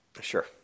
Sure